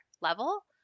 level